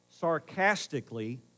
sarcastically